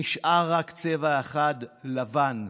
נשאר רק צבע אחד, לבן.